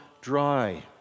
dry